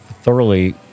thoroughly